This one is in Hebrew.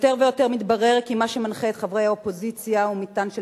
יותר ויותר מתברר כי מה שמנחה את חברי האופוזיציה הוא מטען של